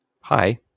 hi